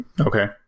Okay